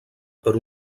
per